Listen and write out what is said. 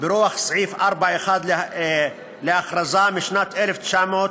ברוח סעיף 4(1) להכרזה, משנת 1992,